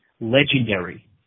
Legendary